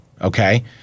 Okay